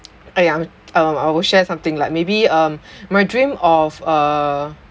!aiya! um I will share something like maybe um my dream of uh